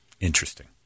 Interesting